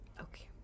Okay